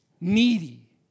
needy